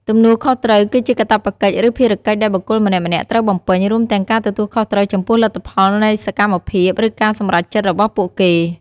ទំនួលខុសត្រូវ គឺជាកាតព្វកិច្ច ឬភារកិច្ចដែលបុគ្គលម្នាក់ៗត្រូវបំពេញ រួមទាំងការទទួលខុសត្រូវចំពោះលទ្ធផលនៃសកម្មភាព ឬការសម្រេចចិត្តរបស់ពួកគេ។